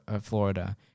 Florida